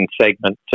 segment